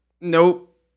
Nope